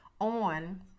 on